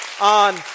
on